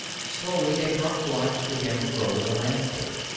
slowly a dark blotch began to grow in the landscape.